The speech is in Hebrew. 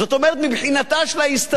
מבחינתה של ההסתדרות